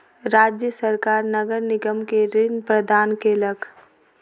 राज्य सरकार नगर निगम के ऋण प्रदान केलक